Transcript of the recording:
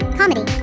comedy